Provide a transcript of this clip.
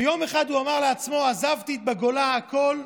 ויום אחד הוא אמר לעצמו: עזבתי בגולה הכול,